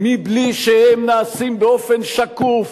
מבלי שהם מתקבלים באופן שקוף,